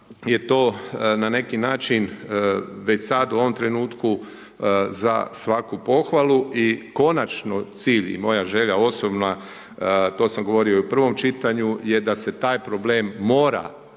je to na neki način već sad, u ovom trenutku, za svaku pohvalu, i konačno cilj i moja želja osobna, to sam govorio i u prvom čitanju, je da se taj problem mora,